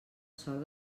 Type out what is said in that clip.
sort